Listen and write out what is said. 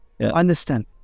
Understand